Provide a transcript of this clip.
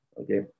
Okay